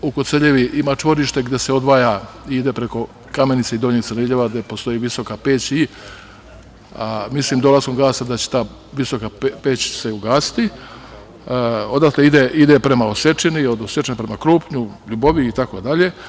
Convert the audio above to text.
U Koceljevi ima čvorište gde se odvaja i ide preko Kamenice i Donjeg Crniljevo, gde postoji visoka peć, mislim dolaskom gasa da će se ta visoka peć ugasiti, odatle ide prema Osečini, od Osečine prema Krupnju, Ljuboviji itd.